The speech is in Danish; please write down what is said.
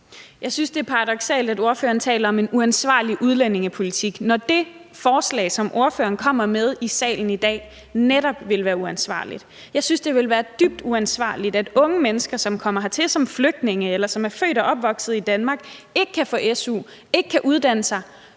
(EL): Det er paradoksalt, at ordføreren taler om en uansvarlig udlændingepolitik, når det forslag, som ordføreren kommer med i salen i dag, netop vil være uansvarligt. Jeg synes, det vil være dybt uansvarligt, at unge mennesker, som kommer hertil som flygtninge, eller som er født og opvokset i Danmark, ikke kan få su, ikke kan uddanne sig,